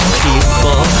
people